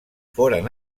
foren